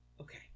Okay